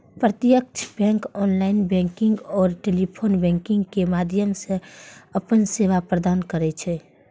प्रत्यक्ष bank online banking आ telephone banking के माध्यम सं अपन सेवा प्रदान करै छै